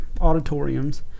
auditoriums